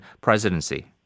presidency